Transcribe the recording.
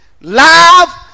Love